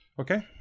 Okay